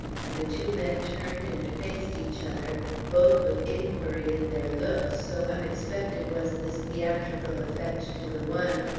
and the two men turned and faced each other both with inquiry in their looks, so unexpected was this theatrical effect to the one,